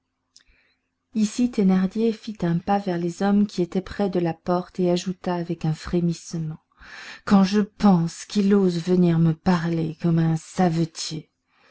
ici thénardier fit un pas vers les hommes qui étaient près de la porte et ajouta avec un frémissement quand je pense qu'il ose venir me parler comme à un savetier